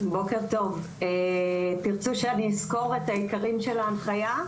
טוב, תרצו שאני אסקור את העיקרים של ההנחיה?